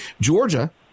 Georgia